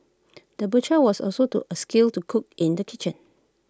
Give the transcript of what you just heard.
the butcher was also to A skilled to cook in the kitchen